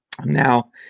Now